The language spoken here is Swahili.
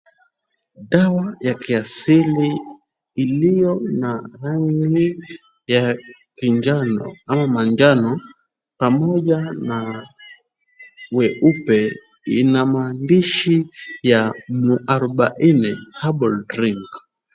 Dawa ya kiasili iliyo na rangi ya kinjano ama manjano pamoja na weupe, ina maandishi ya Muarubaine herbal clinic .